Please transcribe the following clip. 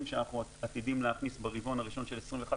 שלום לכולם.